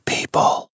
People